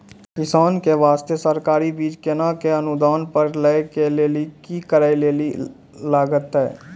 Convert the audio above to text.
किसान के बास्ते सरकारी बीज केना कऽ अनुदान पर लै के लिए की करै लेली लागतै?